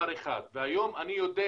היום אני יודע